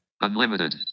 Unlimited